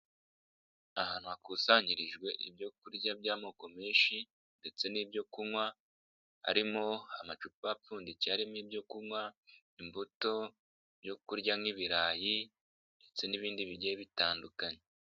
Ahantu hakusanyirijwe ibyo kurya by'amoko menshi ndetse n'ibyo kunywa harimo amacupa apfundikiye arimo ibyo kunywa, imbuto yo kurya nk'ibirayi ndetse n'ibindi bigiye bitandukanye.